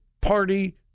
party